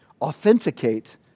authenticate